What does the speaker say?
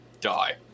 die